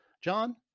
John